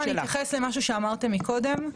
אני אתייחס למשהו שאמרתם קודם.